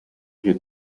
you